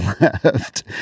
left